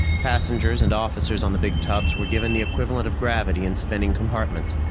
passengers and officers on the big tubs were given the equivalent of gravity in spinning compartments,